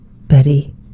Betty